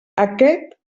aquest